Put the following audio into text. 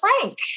Frank